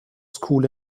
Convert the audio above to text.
school